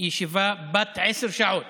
ישיבה בת עשר שעות